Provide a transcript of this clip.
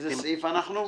באיזה סעיף אנחנו?